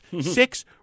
six